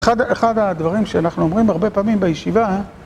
אחד הדברים שאנחנו אומרים הרבה פעמים בישיבה